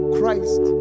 Christ